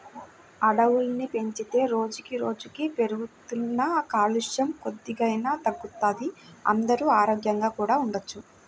అడవుల్ని పెంచితే రోజుకి రోజుకీ పెరుగుతున్న కాలుష్యం కొద్దిగైనా తగ్గుతది, అందరూ ఆరోగ్యంగా కూడా ఉండొచ్చు